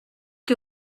que